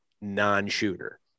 non-shooter